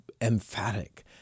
emphatic